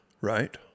Right